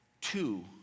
two